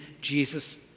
Jesus